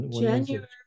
January